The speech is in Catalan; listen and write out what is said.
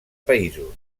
països